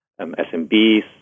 SMBs